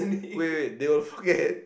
wait wait wait they will forget